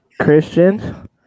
Christian